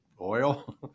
oil